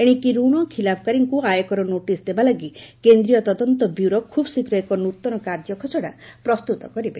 ଏଶିକି ରଣ ଖିଲାପକାରୀଙ୍କୁ ଆୟକର ନୋଟିସ୍ ଦେବା ଲାଗି କେନ୍ଦ୍ରୀୟ ତଦନ୍ତ ବ୍ୟୁରୋ ଖୁବ୍ଶୀଘ୍ର ଏକ ନୃତନ କାର୍ଯ୍ୟଖସଡ଼ା ପ୍ରସ୍ତୁତ କରିବେ